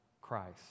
Christ